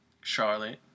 Charlotte